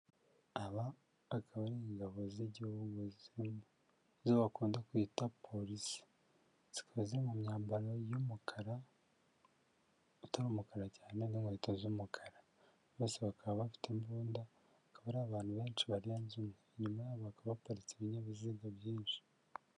Aba akaba ari ingabo z'igihugu, izo bakunda kwita polisi, zikoze mu myambaro y'umukara utari umukara cyane n'inkweto z'umukara, bose bakaba bafite imbunda akaba ari abantu benshi barenze umwe, inyuma yabo hakaba haparitse ibinyabiziga byinshi.